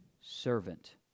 servant